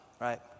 right